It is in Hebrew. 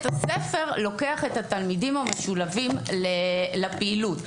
הספר לוקח את התלמידים המשולבים לפעילות,